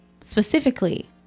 specifically